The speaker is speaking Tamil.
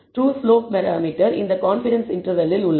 ட்ரூ ஸ்லோப் பராமீட்டர் இந்த கான்ஃபிடன்ஸ் இன்டர்வெல்லில் உள்ளது